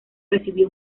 recibió